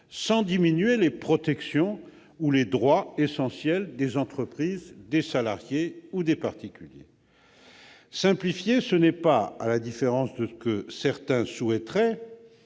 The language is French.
sans diminuer les protections ou les droits essentiels des entreprises, des salariés ou des particuliers. À la différence de ce que certains souhaiteraient,